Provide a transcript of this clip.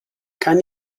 kann